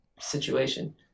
situation